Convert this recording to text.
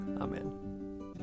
Amen